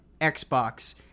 Xbox